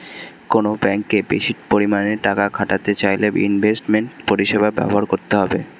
কোনো ব্যাঙ্কে বেশি পরিমাণে টাকা খাটাতে চাইলে ইনভেস্টমেন্ট পরিষেবা ব্যবহার করতে হবে